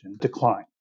decline